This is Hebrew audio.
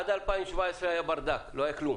עד 2017 היה ברדק, לא היה כלום.